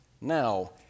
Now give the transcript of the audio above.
Now